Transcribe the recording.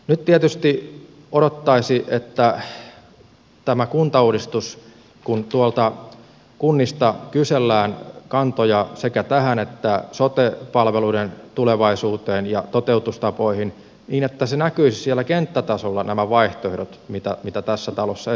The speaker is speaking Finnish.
nyt tietysti odottaisi kun tuolta kunnista kysellään kantoja sekä tähän kuntauudistukseen että sote palveluiden tulevaisuuteen ja toteutustapoihin että siellä kenttätasolla näkyisivät nämä vaihtoehdot mitä tässä talossa esitellään